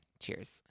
cheers